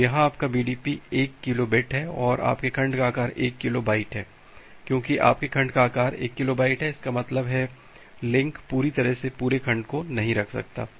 तो यहाँ आपका BDP 1 किलो बिट है और आपके खंड का आकार 1 किलोबाइट है क्योंकि आपके खंड का आकार एक किलोबाइट है इसका मतलब है लिंक पूरी तरह से एक पूरे खंड को नहीं रख सकता है